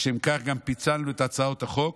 לשם כך גם פיצלנו את הצעות החוק,